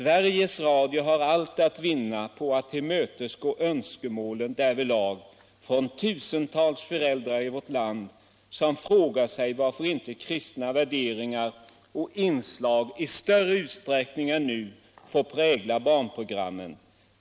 Sveriges Radio har allt att vinna på att tillmötesgå önskemålen därvidlag från tusentals föräldrar i vårt land, som frågar sig varför inte kristna värderingar och inslag i större utsträckning än nu får prägla barnprogrammen.